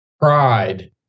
Pride